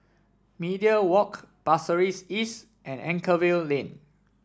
Media Walk Pasir Ris East and Anchorvale Lane